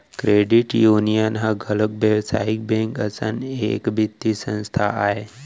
credit union ह घलोक बेवसायिक बेंक असन एक बित्तीय संस्था आय